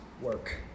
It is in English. work